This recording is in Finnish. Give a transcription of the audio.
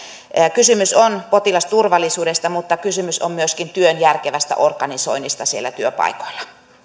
kysymys on potilasturvallisuudesta mutta kysymys on myöskin työn järkevästä organisoinnista siellä työpaikoilla